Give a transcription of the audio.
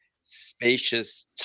spacious